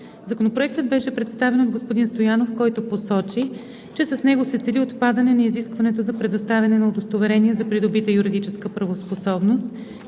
Законопроектът беше представен от господин Стоянов, който посочи, че с него се цели отпадане на изискването за предоставяне на удостоверение за придобита юридическа правоспособност